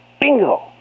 bingo